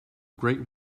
great